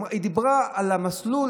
היא דיברה על המסלול,